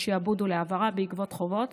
לשעבוד או להעברה בעקבות חובות,